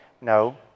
No